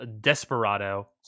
Desperado